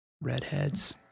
redheads